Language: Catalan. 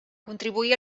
contribuí